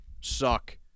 suck